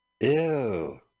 Ew